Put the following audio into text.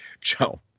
Joe